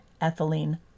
ethylene